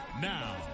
Now